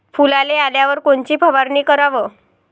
फुलाले आल्यावर कोनची फवारनी कराव?